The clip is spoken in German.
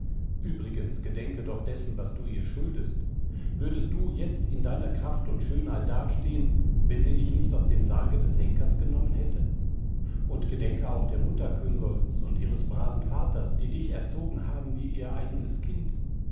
übrigens gedenke doch dessen was du ihr schuldest würdest du jetzt in deiner kraft und schönheit dastehen wenn sie dich nicht aus dem sarge des henkers genommen hätte und gedenke auch der mutter küngolts und ihres braven vaters die dich erzogen haben wie ihr eigenes kind